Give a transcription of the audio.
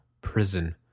prison